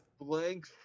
Blank